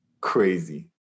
crazy